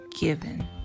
given